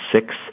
six